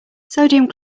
sodium